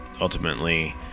ultimately